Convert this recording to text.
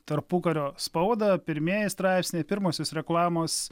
tarpukario spaudą pirmieji straipsniai pirmosios reklamos